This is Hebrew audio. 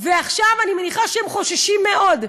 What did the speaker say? ועכשיו אני מניחה שהם חוששים מאוד.